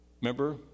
Remember